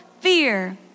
fear